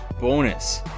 bonus